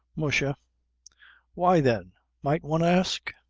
mush a why then, might one ask?